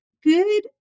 good